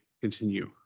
continue